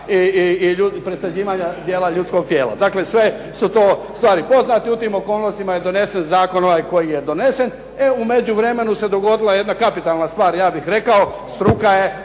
i presađivanja dijela ljudskog tijela. Dakle, sve su to stvari poznate i u tim okolnostima je donesen zakon ovaj koji je donesen. E u međuvremenu se dogodila jedna kapitalna ja bih rekao, struka je